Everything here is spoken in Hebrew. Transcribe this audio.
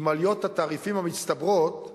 עם עליות התעריפים המצטברות,